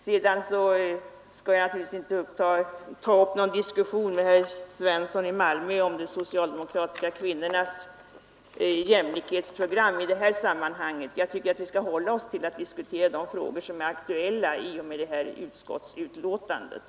Jag skall inte i detta sammanhang ta upp någon diskussion med herr Svensson i Malmö om de socialdemokratiska kvinnornas jämlikhetsprogram. Jag tycker att vi skall hålla oss till de frågor som aktualiseras i utskottsbetänkandet.